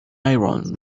iron